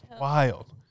wild